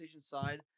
side